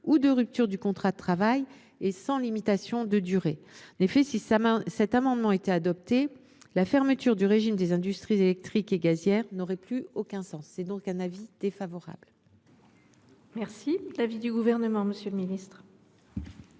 ou de rupture du contrat de travail et sans limitation de durée. En effet, si cet amendement était adopté, la fermeture du régime des industries électriques et gazières n’aurait plus aucun sens. C’est donc un avis défavorable. Quel est l’avis du Gouvernement ? L’adoption de votre